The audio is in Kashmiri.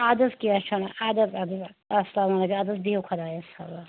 اَدٕ حظ کیٚنٛہہ چھُنہٕ اَدٕ حظ اَدٕ حظ السلام علیکُم اَدٕ حظ بِہِو خۄدایس حوال